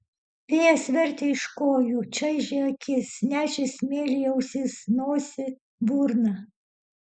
vėjas vertė iš kojų čaižė akis nešė smėlį į ausis nosį burną